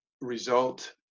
result